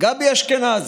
גבי אשכנזי,